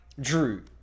Drew